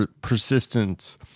persistence